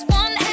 one